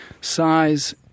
Size